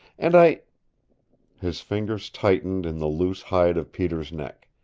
and i his fingers tightened in the loose hide of peter's neck.